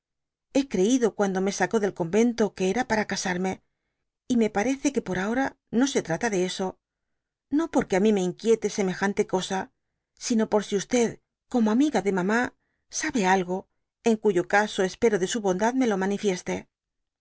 he creído cuando me sacó del convento que era para casarme y me parece que por ahora no se trata de eso j no porque á mi me inquiete semejante cosa sinopor si como amiga de mamá sabe algo en cuyo caso espero de su bondad me lo manifieste